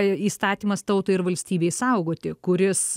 įstatymas tautai ir valstybei saugoti kuris